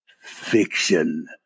fiction